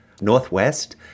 northwest